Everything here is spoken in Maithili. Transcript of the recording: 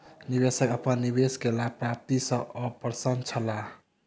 निवेशक अपन निवेश के लाभ प्राप्ति सॅ अप्रसन्न छला